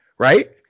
Right